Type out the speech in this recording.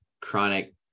chronic